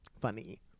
funny